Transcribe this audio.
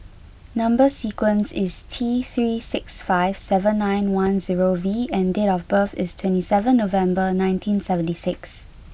number sequence is T three six five seven nine one zero V and date of birth is twenty seven November nineteen seventy six